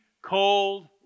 Cold